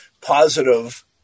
positive